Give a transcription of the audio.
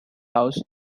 house